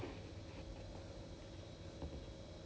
orh the one with the Jessi Jeon So Min and all that